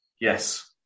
yes